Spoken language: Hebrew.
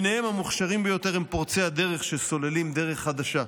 המוכשרים ביותר בהם הם פורצי הדרך שסוללים דרך חדשה.